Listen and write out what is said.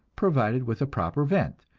provided with a proper vent,